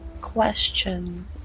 question